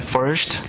First